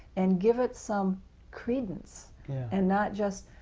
and give it some credence and not just.